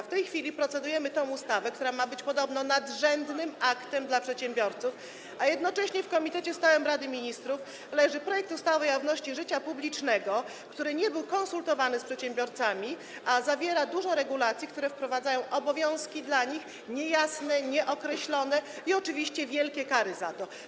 W tej chwili procedujemy tę ustawę, która ma być podobno nadrzędnym aktem dla przedsiębiorców, a jednocześnie w komitecie stałym Rady Ministrów leży projekt ustawy o jawności życia publicznego, który nie był konsultowany z przedsiębiorcami, a zawiera dużo regulacji, które wprowadzają obowiązki dla nich niejasne, nieokreślone i oczywiście wielkie kary z tym związane.